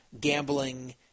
gambling